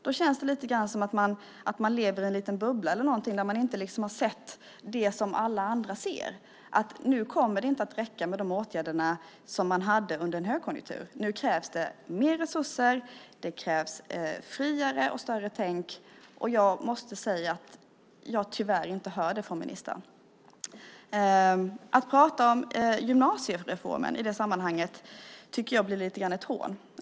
Då känns det lite grann som att man lever i en liten bubbla eller någonting där man inte har sett det som alla andra ser, att nu kommer det inte att räcka med de åtgärder som man hade under en högkonjunktur. Nu krävs det mer resurser, och det krävs friare och större tänk. Jag måste säga att jag tyvärr inte hör det från ministern. Att prata om gymnasiereformen i det sammanhanget tycker jag blir lite grann ett hån.